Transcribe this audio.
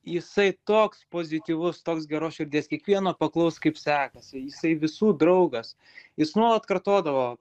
jisai toks pozityvus toks geros širdies kiekvieno paklaus kaip sekasi jisai visų draugas jis nuolat kartodavo